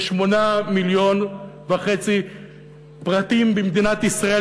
יש 8.5 מיליון פרטים במדינת ישראל,